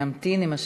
אני אמתין עם השעון.